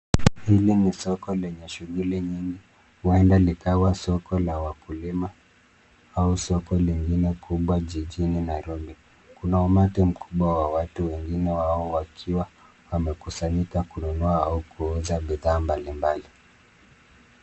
Hili ni soko lenye shughuli nyingi, huenda likawa soko la wakulima au soko lingine kubwa jijini Nairobi. Kuna umati mkubwa wa watu, wengine wao wakiwa wamekusanyika kununua au kuuza bidhaa mbalimbali.